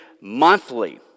monthly